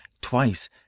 Twice